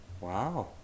Wow